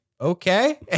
okay